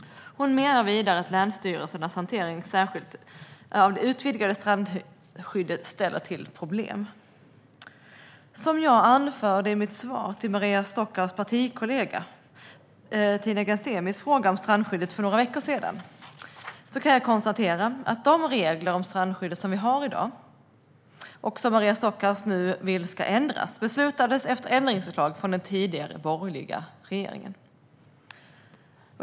Hon menar vidare att länsstyrelsernas hantering av särskilt det utvidgade strandskyddet ställer till problem. Som jag anförde i mitt svar på Maria Stockhaus partikollega Tina Ghasemis fråga om strandskyddet för några veckor sedan kan jag konstatera att de regler om strandskyddet som vi har i dag - och som Maria Stockhaus nu vill ska ändras - beslutades efter ändringsförslag från den tidigare borgerliga regeringen.